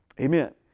Amen